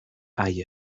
hay